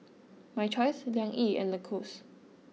My Choice Liang Yi and Lacoste